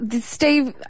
Steve